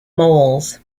moles